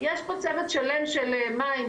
יש פה צוות שלם של מים,